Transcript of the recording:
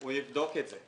הוא יבדוק את זה.